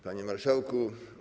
Panie Marszałku!